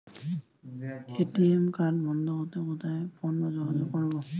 ATM card বন্ধ করতে কোথায় ফোন বা যোগাযোগ করব?